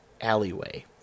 alleyway